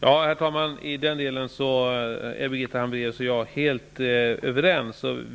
Herr talman! I den delen är Birgitta Hambraeus och jag helt överens.